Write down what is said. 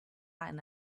eine